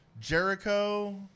Jericho